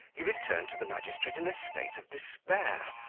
he returned to the magistrate in a state of despair,